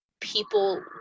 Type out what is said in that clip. people